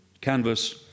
canvas